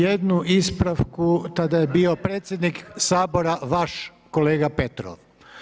Jednu ispravku, tada je bio predsjednik Sabora vaš kolega Petrov.